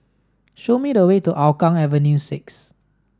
show me the way to Hougang Avenue six